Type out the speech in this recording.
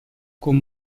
con